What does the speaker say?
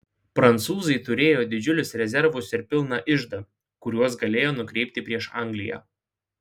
prancūzai turėjo didžiulius rezervus ir pilną iždą kuriuos galėjo nukreipti prieš angliją